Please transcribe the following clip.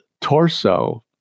torso